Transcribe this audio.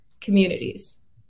communities